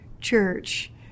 church